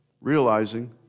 realizing